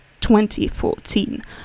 2014